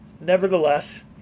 Nevertheless